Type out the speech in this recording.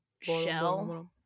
shell